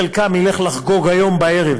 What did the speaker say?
חלקם ילכו לחגוג היום בערב